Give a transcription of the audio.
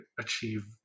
achieve